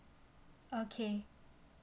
okay